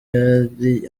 yari